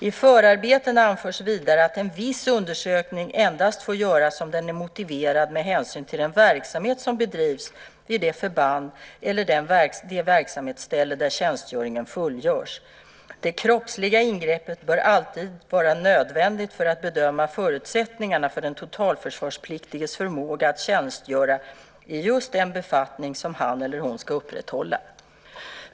I förarbetena anförs vidare att en viss undersökning endast får göras om den är motiverad med hänsyn till den verksamhet som bedrivs vid det förband eller det verksamhetsställe där tjänstgöringen fullgörs. Det kroppsliga ingreppet bör alltid vara nödvändigt för att bedöma förutsättningarna för den totalförsvarspliktiges förmåga att tjänstgöra i just den befattning som han eller hon ska upprätthålla.